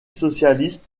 socialiste